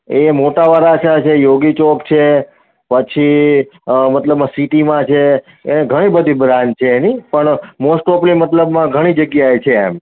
એ મોટા વરાછા છે યોગી ચોક છે પછી મતલબમાં સિટીમાં છે એ ઘણી બધી બ્રાન્ચ છે એની પણ મોસ્ટ ઓફલી મતલબમાં ઘણી જગ્યાએ છે એમ